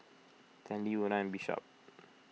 Stanley Una Bishop